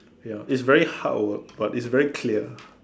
ya it's very hard work but it's very clear